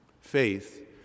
Faith